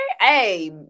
hey